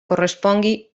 correspongui